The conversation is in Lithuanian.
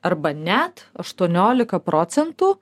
arba net aštuoniolika procentų